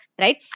right